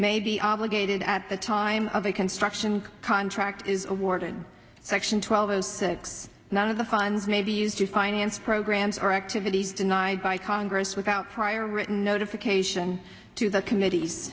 may be obligated at the time of a construction contract is awarded section twelve zero six none of the funds may be used to finance programs or activities denied by congress without prior written notification to the committee